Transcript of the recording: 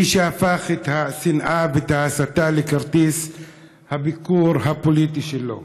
מי שהפך את השנאה ואת ההסתה לכרטיס הביקור הפוליטי שלו.